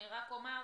אני רק אומר,